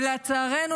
ולצערנו,